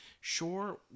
Sure